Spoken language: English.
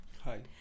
Hi